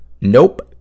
Nope